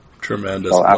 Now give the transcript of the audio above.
Tremendous